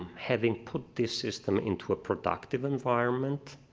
um having put this system into a productive environment,